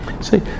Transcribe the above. see